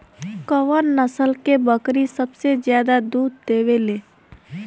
कउन नस्ल के बकरी सबसे ज्यादा दूध देवे लें?